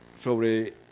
sobre